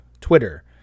Twitter